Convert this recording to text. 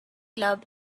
club